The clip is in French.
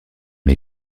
les